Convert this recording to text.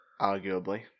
Arguably